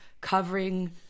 covering